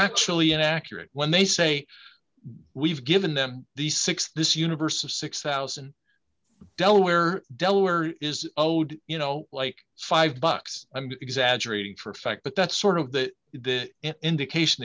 actually inaccurate when they say we've given them these six this universe of six thousand delaware delaware is owed you know like five bucks i'm exaggerating for effect but that's sort of the the indication